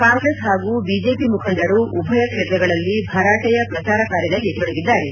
ಕಾಂಗ್ರೆಸ್ ಹಾಗೂ ಬಿಜೆಪಿ ಮುಖಂಡರು ಉಭಯ ಕ್ಷೇತ್ರಗಳಲ್ಲಿ ಭರಾಟೆಯ ಪ್ರಚಾರ ಕಾರ್ಯದಲ್ಲಿ ತೊಡಗಿದ್ದಾರೆ